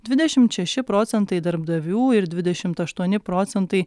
dvidešimt šeši procentai darbdavių ir dvidešimt aštuoni procentai